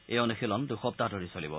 এই অনুশীলন দুসপ্তাহ ধৰি চলিব